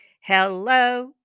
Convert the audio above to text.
hello